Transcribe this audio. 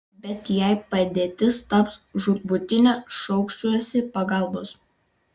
bet jei padėtis taps žūtbūtinė šauksiuosi pagalbos